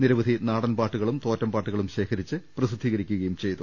നിരവധി നാടൻപാട്ടുകളും തോറ്റം പാട്ടുകളും ശേഖരിച്ച് പ്രസിദ്ധീകരിക്കു കയും ചെയ്തു